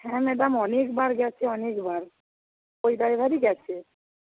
হ্যাঁ ম্যাডাম অনেকবার গেছে অনেকবার ওই ড্রাইভারই গেছে